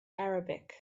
arabic